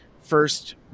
first